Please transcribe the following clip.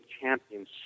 champions